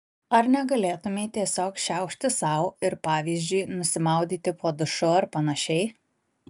ar negalėtumei tiesiog šiaušti sau ir pavyzdžiui nusimaudyti po dušu ar panašiai